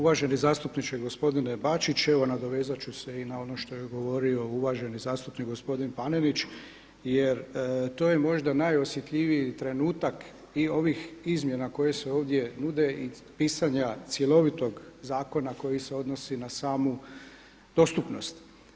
Uvaženi zastupniče, gospodine Bačić evo nadovezat ću se i na ono što je govorio uvaženi zastupnik gospodin Panenić jer to je možda najosjetljiviji trenutak i ovih izmjena koje se ovdje nude i pisanja cjelovitog zakona koji se odnosi na samu dostupnost.